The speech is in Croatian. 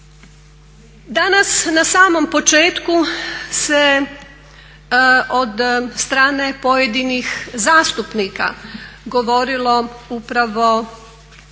Danas na samom početku se od strane pojedinih zastupnika govorilo upravo